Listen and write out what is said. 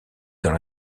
dans